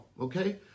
Okay